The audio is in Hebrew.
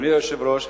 אדוני היושב-ראש,